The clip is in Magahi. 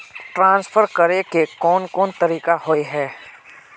ट्रांसफर करे के कोन कोन तरीका होय है?